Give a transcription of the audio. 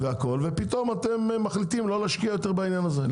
ופתאום אתם מחליטים לא להשקיע יותר בעניין הזה.